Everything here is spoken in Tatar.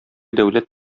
дәүләт